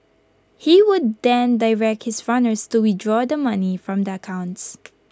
he would then direct his runners to withdraw the money from the accounts